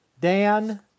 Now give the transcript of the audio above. Dan